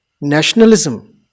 nationalism